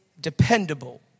dependable